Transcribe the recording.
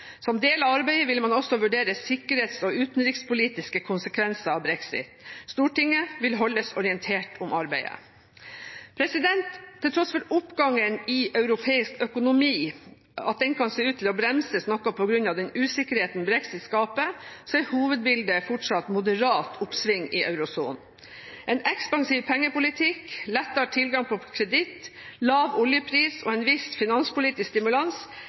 Som en del av arbeidet vil man også vurdere sikkerhets- og utenrikspolitiske konsekvenser av brexit. Stortinget vil holdes orientert om arbeidet. Til tross for at oppgangen i europeisk økonomi kan se ut til å bremses noe på grunn av den usikkerheten brexit skaper, er hovedbildet fortsatt moderat oppsving i eurosonen. En ekspansiv pengepolitikk, lettere tilgang på kreditt, lav oljepris og en viss finanspolitisk stimulans